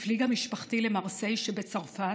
הפליגה משפחתי למרסיי שבצרפת,